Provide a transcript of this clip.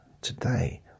today